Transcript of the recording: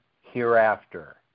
hereafter